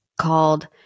called